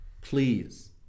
please